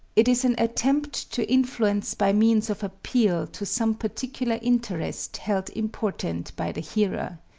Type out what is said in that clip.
it is an attempt to influence by means of appeal to some particular interest held important by the hearer.